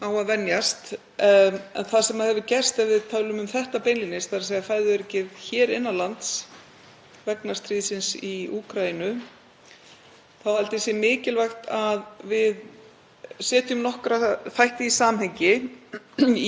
þá held ég að sé mikilvægt að við setjum nokkra þætti í samhengi. Í Úkraínu setja stjórnvöld útflutningstakmarkanir á margar tegundir matvæla núna, t.d. sólblómaolíu, maís, hveiti og bygg.